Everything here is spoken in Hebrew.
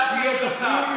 אתה תהיה חזק.